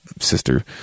sister